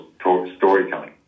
storytelling